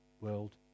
world